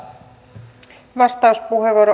arvoisa puhemies